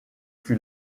fut